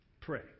Pray